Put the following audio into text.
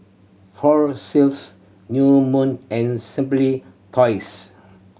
Fossils New Moon and Simply Toys